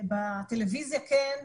בטלוויזיה כן,